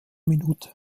minute